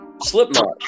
Slipknot